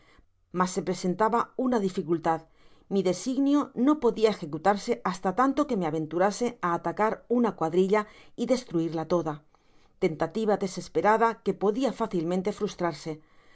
mas se presentaba una dificultad mi designio no podia ejecutarse hasta tanto que me aventurase á atacar una cuadrilla y destruirla toda tentativa desespo rada que podia fácilmente frustrarse por